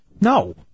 No